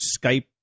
Skype